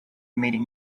meeting